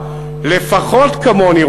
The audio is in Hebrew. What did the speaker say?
לפחות כמוני,